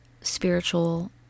spiritual